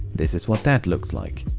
this is what that looks like.